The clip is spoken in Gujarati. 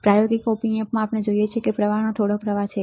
પ્રાયોગિક op amps માં આપણે જોઈએ છીએ કે પ્રવાહનો થોડો પ્રવાહ છે